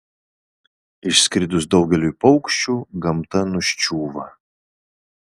išskridus daugeliui paukščių gamta nuščiūva